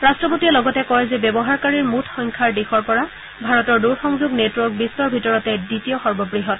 ৰাট্টপতিয়ে লগতে কয় যে ব্যৱহাৰকাৰীৰ মুঠ সংখ্যাৰ দিশৰ পৰা ভাৰতৰ দূৰসংযোগ নেটৱৰ্ক বিশ্বৰ ভিতৰতে দ্বিতীয় সৰ্ববহৎ